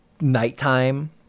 nighttime